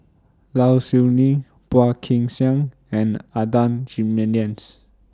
Low Siew Nghee Phua Kin Siang and Adan Jimenez